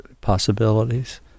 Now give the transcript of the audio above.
possibilities